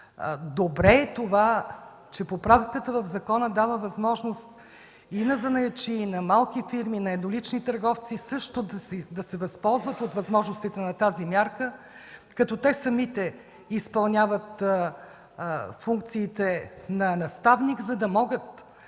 Добре е, че поправката в закона дава възможност на занаятчии, на малки фирми и еднолични търговци също да се възползват от възможностите на тази мярка, като те самите изпълняват функциите на наставник, за да могат